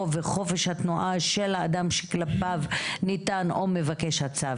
וחופש התנועה של האדם שכלפיו ניתן או מתבקש הצו,